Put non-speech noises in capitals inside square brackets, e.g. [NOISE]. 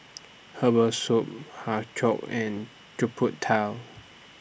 Herbal Soup Har Kow and [UNINTELLIGIBLE]